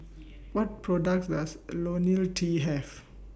What products Does Ionil T Have